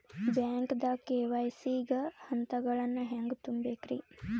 ಬ್ಯಾಂಕ್ದಾಗ ಕೆ.ವೈ.ಸಿ ಗ ಹಂತಗಳನ್ನ ಹೆಂಗ್ ತುಂಬೇಕ್ರಿ?